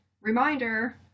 reminder